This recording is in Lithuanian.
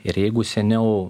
ir jeigu seniau